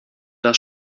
das